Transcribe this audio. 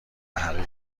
حقیر